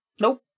nope